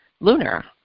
lunar